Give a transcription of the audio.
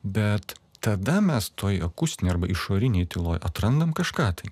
bet tada mes toj akustinėj arba išorinėj tyloj atrandam kažką tai